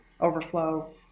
overflow